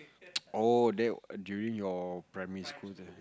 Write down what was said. oh that during your primary school